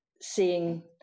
seeing